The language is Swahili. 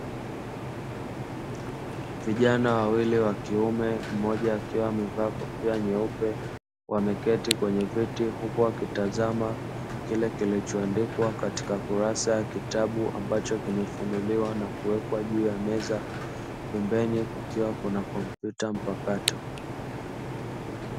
Vijana wawili wa kiume mmoja akiwa amevaa kofia nyeupe wameketi kwenye viti, huku wakitazama kile kilicho andikwa katika kurasa ya kitabu ambacho kimefunuliwa na kuwekwa juu ya meza pembeni kukiwa na kompyuta mpakato.